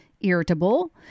irritable